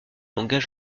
engage